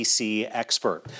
expert